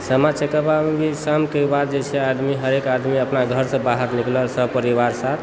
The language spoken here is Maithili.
सामा चकेवामे जे छै शामके बाद जे छै आदमी हरेक आदमी अपना घरसँ बाहर निकलल सपरिवार साथ